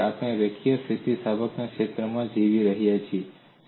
કારણ કે આપણે રેખીય સ્થિતિસ્થાપકતાના ક્ષેત્રમાં જીવી રહ્યા છીએ